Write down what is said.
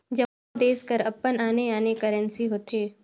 जम्मो देस कर अपन आने आने करेंसी होथे